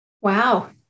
Wow